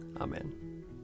Amen